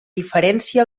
diferència